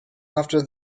after